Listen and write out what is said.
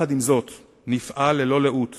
עם זאת נפעל ללא לאות